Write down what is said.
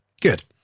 good